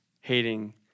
hating